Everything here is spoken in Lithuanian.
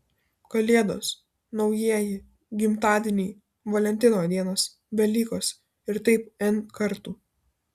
kalėdos naujieji gimtadieniai valentino dienos velykos ir taip n kartų